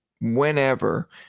whenever